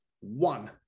one